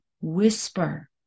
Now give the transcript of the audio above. whisper